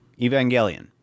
Evangelion